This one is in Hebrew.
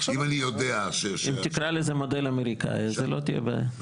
אם תקרא לזה מודל אמריקאי אז זו לא תהיה בעיה.